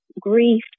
grief